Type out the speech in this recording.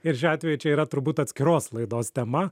ir šiuo atveju čia yra turbūt atskiros laidos tema